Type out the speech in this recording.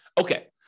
Okay